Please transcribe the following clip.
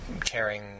caring